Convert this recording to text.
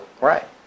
Right